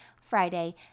Friday